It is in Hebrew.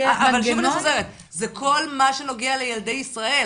אני שוב חוזרת, זה כל מה שנוגע לילדי ישראל.